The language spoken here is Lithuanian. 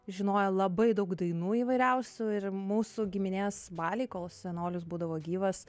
žinojo labai daug dainų įvairiausių ir mūsų giminės baliai kol senolis būdavo gyvas